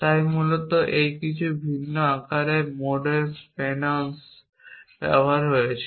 তাই মূলত এটি কিছুটা ভিন্ন আকারে মোড মোডাস পোনেন্স ব্যবহার করছে